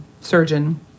surgeon